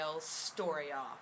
story-off